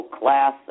Class